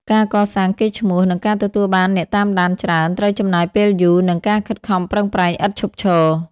ការកសាងកេរ្តិ៍ឈ្មោះ និងការទទួលបានអ្នកតាមដានច្រើនត្រូវចំណាយពេលយូរ និងការខិតខំប្រឹងប្រែងឥតឈប់ឈរ។